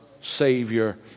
Savior